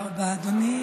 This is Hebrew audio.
תודה רבה, אדוני.